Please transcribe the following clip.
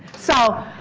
so,